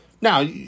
Now